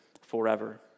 forever